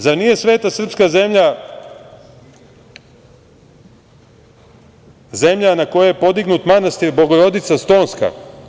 Zar nije sveta srpska zemlja, zemlja na kojoj je podignut manastir Bogorodica Stonska?